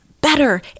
better